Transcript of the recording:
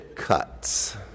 cuts